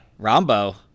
Rombo